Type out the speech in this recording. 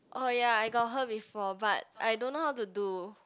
oh ya I got heard before but I don't know how to do